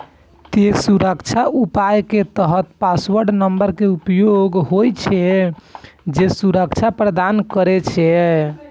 तें सुरक्षा उपाय के तहत पासवर्ड नंबर के उपयोग होइ छै, जे सुरक्षा प्रदान करै छै